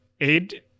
Aid